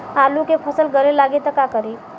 आलू के फ़सल गले लागी त का करी?